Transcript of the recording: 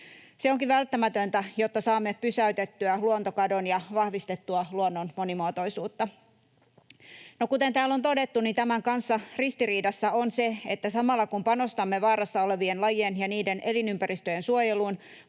Se onkin välttämätöntä, jotta saamme pysäytettyä luontokadon ja vahvistettua luonnon monimuotoisuutta. No, kuten täällä on todettu, tämän kanssa ristiriidassa on se, että samalla kun panostamme vaarassa olevien lajien ja niiden elinympäristöjen suojeluun,